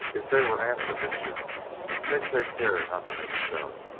if they were after mischief they'd take care not to make a show.